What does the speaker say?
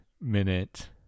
minute